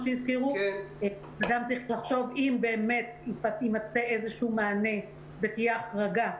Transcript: צריך לחשוב שאם באמת יימצא מענה ותהיה החרגה,